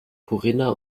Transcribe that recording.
corinna